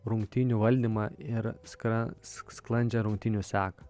rungtynių valdymą ir skran sklandžią rungtynių seką